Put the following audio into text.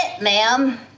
ma'am